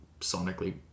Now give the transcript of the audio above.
sonically